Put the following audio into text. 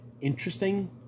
interesting